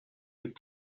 für